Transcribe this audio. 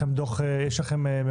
יש לכם את